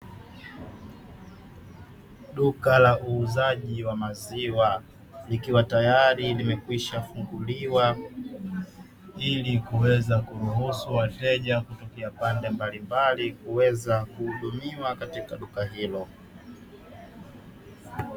Duka la uuzaji wa maziwa nikiwa tayari limekwisha funguliwa ili kuweza kuruhusu wateja kutokea pande mbalimbali kuweza kuhudumiwa katika duka hilo.